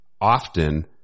often